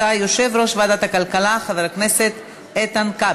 צו הכללת אמצעי זיהוי ביומטריים ונתוני זיהוי